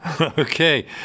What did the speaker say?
Okay